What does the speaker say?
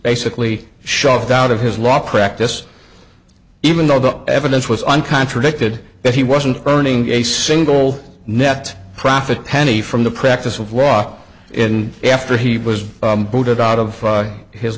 basically shoved out of his law practice even though the evidence was on contradicted that he wasn't earning a single net profit penny from the practice of law in after he was booted out of his